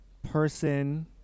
person